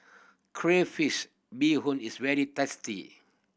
crayfish beehoon is very tasty